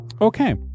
Okay